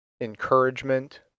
encouragement